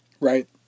Right